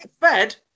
fed